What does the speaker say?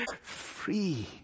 free